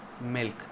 milk